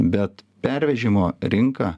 bet pervežimo rinka